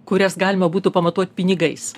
kurias galima būtų pamatuot pinigais